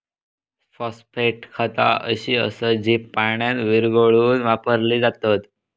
phosphate खता अशी असत जी पाण्यात विरघळवून वापरली जातत